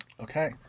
Okay